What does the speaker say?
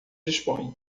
dispõe